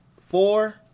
four